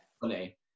Funny